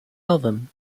album